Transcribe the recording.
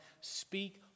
speak